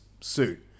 suit